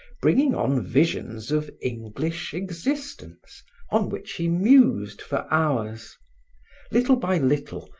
bringing on visions of english existence on which he mused for hours little by little,